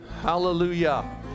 Hallelujah